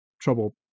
trouble